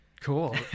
cool